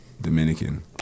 Dominican